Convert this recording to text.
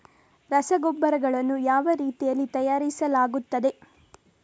ರಸಗೊಬ್ಬರಗಳನ್ನು ಯಾವ ರೀತಿಯಲ್ಲಿ ತಯಾರಿಸಲಾಗುತ್ತದೆ?